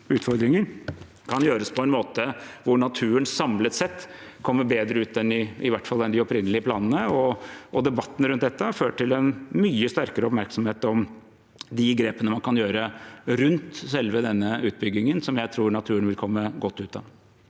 utfordringer, kan bli slik at naturen samlet sett i hvert fall kommer bedre ut enn med de opprinnelige planene. Debatten om dette har ført til en mye sterkere oppmerksomhet om de grepene man kan gjøre rundt selve utbyggingen, som jeg tror naturen vil komme godt ut av.